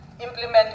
Implement